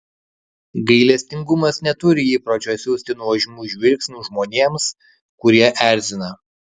gailestingumas neturi įpročio siųsti nuožmių žvilgsnių žmonėms kurie erzina